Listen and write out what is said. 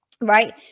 right